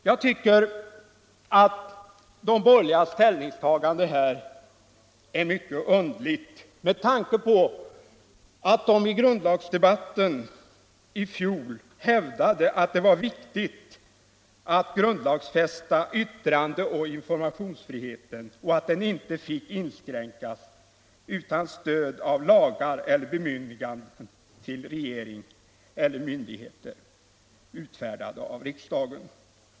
Jag tycker att de borgerligas ställningstagande härvidlag är mycket underligt med tanke på att de i grundlagsdebatten i fjol hävdade att det var viktigt att grundlagsfästa yttrandeoch informationsfriheten och att den inte fick inskränkas utan stöd av lagar eller bemyndigande till regering eller myndigheter, utfärdade av riksdagen.